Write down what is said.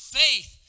faith